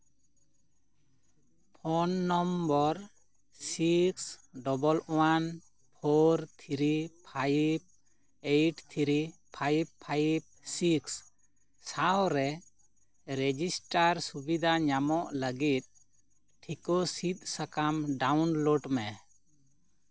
phone number six double one four three five eight three five five six ᱥᱟᱶᱨᱮ register ᱥᱩᱵᱤᱫᱟ ᱧᱟᱢᱚᱜ ᱞᱟᱹᱜᱤᱫ ᱴᱷᱤᱠᱳ ᱥᱤᱫ ᱥᱟᱠᱟᱢ ᱰᱟᱣᱩᱱᱞᱳᱰ ᱢᱮ